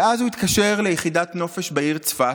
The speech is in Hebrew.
ואז הוא התקשר ליחידת נופש בעיר צפת,